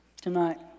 tonight